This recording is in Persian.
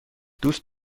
دوست